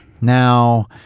now